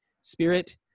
spirit